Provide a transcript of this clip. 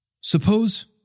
Suppose